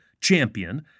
champion